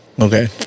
Okay